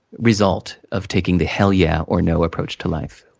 result, of taking the hell yeah or no approach to life.